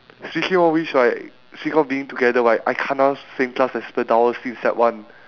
she keep on wish right she got being together right I kena same class as her that I was in sec one